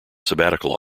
sabbatical